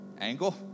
angle